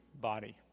body